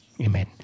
Amen